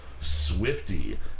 Swifty